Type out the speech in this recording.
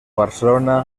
barcelona